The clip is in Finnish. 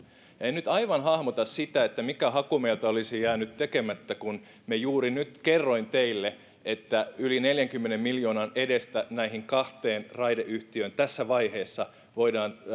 en nyt aivan hahmota mikä haku meiltä olisi jäänyt tekemättä kun juuri nyt kerroin teille että yli neljänkymmenen miljoonan edestä näihin kahteen raideyhtiöön tässä vaiheessa voidaan